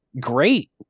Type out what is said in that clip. great